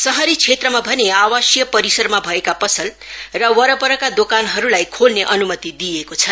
शहरी क्षेत्रमा भने आवासीय परिसरमा भएका पसल र वरपरका दोकानहरूलाई खोल्ने अनुमति दिइएको छ